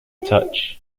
touch